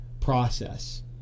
process